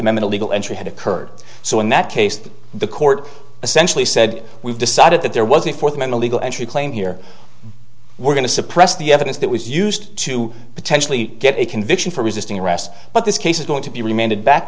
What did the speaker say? amendment legal entry had occurred so in that case the court essentially said we've decided that there was a fourth minute legal entry claim here we're going to suppress the evidence that was used to potentially get a conviction for resisting arrest but this case is going to be remanded back